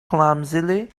clumsily